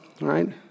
right